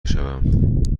شوم